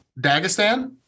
Dagestan